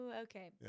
Okay